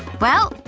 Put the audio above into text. well,